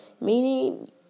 Meaning